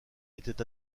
était